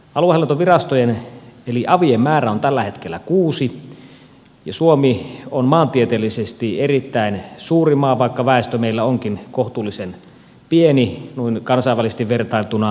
aluehallintovirastojen eli avien määrä on tällä hetkellä kuusi ja suomi on maantieteellisesti erittäin suuri maa vaikka väestö meillä onkin kohtuullisen pieni noin kansainvälisesti vertailtuna